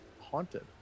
Haunted